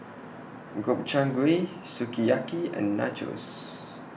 Gobchang Gui Sukiyaki and Nachos